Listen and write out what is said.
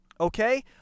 Okay